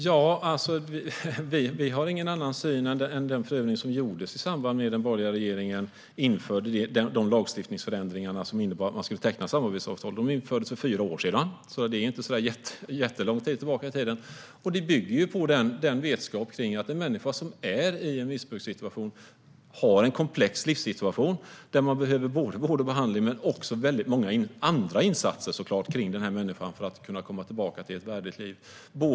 Fru talman! Vi har ingen annan syn än vad som framkom i den prövning som gjordes i samband med att den borgerliga regeringen införde de lagstiftningsförändringar som innebar att samarbetsavtal skulle tecknas. De infördes för fyra år sedan, vilket inte är jättelångt tillbaka i tiden. Detta bygger på vetskapen om att en människa som befinner sig i en missbrukssituation har en komplex livssituation. Den här människan behöver både vård och behandling men även många andra insatser för att komma tillbaka till ett värdigt liv.